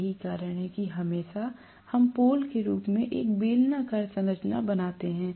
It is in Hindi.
यही कारण है कि हमेशा हम पोल के रूप में एक बेलनाकार संरचना बनाते हैं